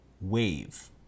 wave